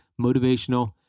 motivational